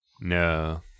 No